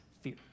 fear